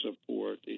support